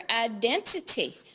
identity